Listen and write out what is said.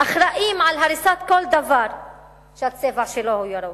אחראים להריסת כל דבר שהצבע שלו הוא ירוק,